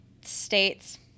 states